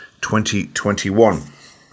2021